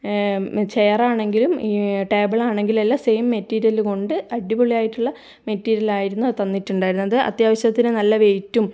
ചെയറാണെങ്കിലും table ആണെങ്കിലുമെല്ലാം same material കൊണ്ട് അടിപൊളിയായിട്ടുള്ള മെറ്റീരിയലായിരുന്നു തന്നിട്ടുണ്ടായിരുന്നത് അത്യാവശ്യത്തിന് നല്ല വെയിറ്റും